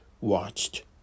watched